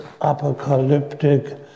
apocalyptic